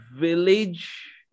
village